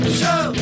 show